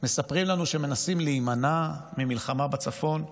מספרים לנו שמנסים להימנע ממלחמה בצפון.